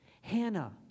Hannah